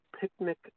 picnic